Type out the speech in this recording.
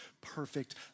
perfect